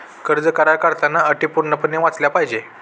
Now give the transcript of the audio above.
कर्ज करार करताना अटी पूर्णपणे वाचल्या पाहिजे